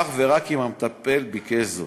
אך רק אם המטפל ביקש זאת.